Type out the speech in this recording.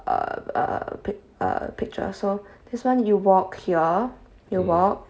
uh uh pic~ a picture so this one you walk here you walk